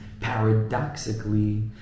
Paradoxically